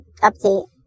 update